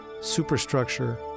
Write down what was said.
superstructure